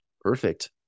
Perfect